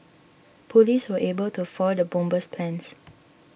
police were able to foil the bomber's plans